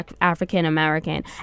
African-American